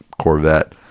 Corvette –